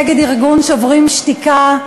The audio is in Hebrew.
נגד ארגון "שוברים שתיקה".